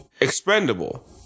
expendable